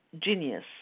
genius